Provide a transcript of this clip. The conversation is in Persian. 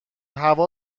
هوا